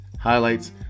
highlights